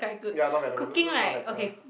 ya not bad not bad look look not bad ah